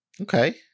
Okay